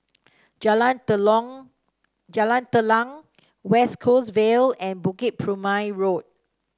Jalan Jalan Telang West Coast Vale and Bukit Purmei Road